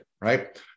right